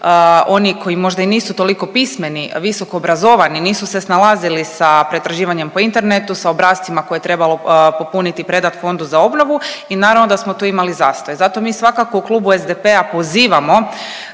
oni koji možda i nisu toliko pismeni, visokoobrazovani nisu se snalazili sa pretraživanjem po internetu, sa obrascima koje je trebalo popuniti i predat Fondu za obnovu i naravno da smo tu imali zastoj. Zato mi svakako u klubu SDP-a pozivamo